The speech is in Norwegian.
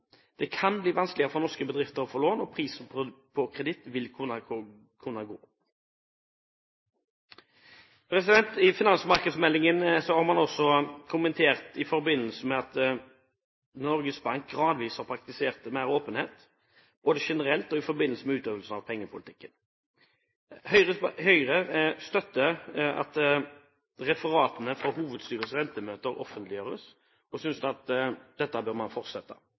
Det kan bli vanskeligere for norske bedrifter å få lån, og prisen på kreditt vil kunne gå opp. I finansmarkedsmeldingen har man også kommentert at Norges Bank gradvis har praktisert mer åpenhet, både generelt og i forbindelse med utøvelsen av pengepolitikken. Høyre støtter at referatene fra hovedstyrets rentemøter offentliggjøres, og synes at dette bør fortsette.